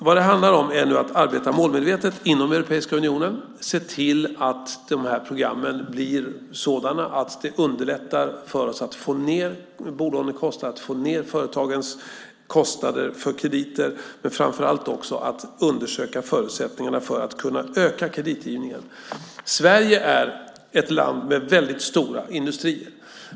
Vad det handlar om nu är att arbeta målmedvetet inom Europeiska unionen och se till att de här programmen blir sådana att det underlättar för oss att få ned bolånekostnaden och företagens kostnader för krediter. Men framför allt handlar det om att undersöka förutsättningarna för att kunna öka kreditgivningen. Sverige är ett land med väldigt stora industrier.